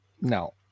No